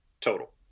total